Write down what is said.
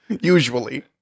usually